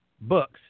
books